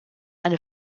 eine